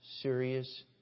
serious